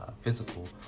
physical